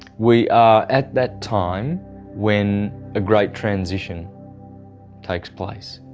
we are at that time when a great transition takes place.